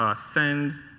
ah send.